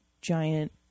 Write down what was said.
giant